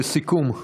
לסיכום.